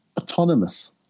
autonomous